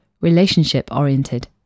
relationship-oriented